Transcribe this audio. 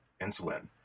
insulin